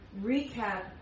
recap